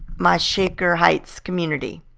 my shaker heights community,